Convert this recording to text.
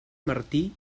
martí